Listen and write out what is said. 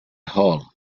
hull